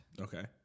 Okay